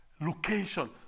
location